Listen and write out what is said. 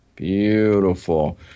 Beautiful